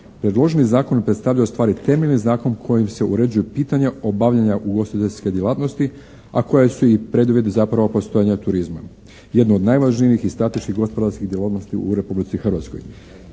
Predloženi zakon predstavlja ustvari temeljni zakon kojim je uređuju pitanja obavljanja ugostiteljske djelatnosti a koja su i preduvjet zapravo postojanja turizma. Jedno od najvažnijih i strateških gospodarskih djelatnosti u Republici Hrvatskoj.